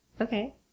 okay